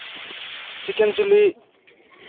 chicken chilli